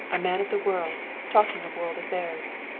a man of the world, talking of world affairs.